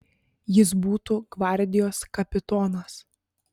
jis būtų gvardijos kapitonas